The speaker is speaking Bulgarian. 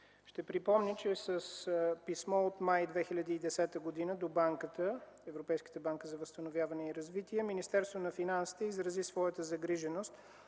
ще припомня, че с писмо от м. май 2010 г. до Европейската банка за възстановяване и развитие Министерството на финансите изрази своята загриженост